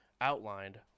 outlined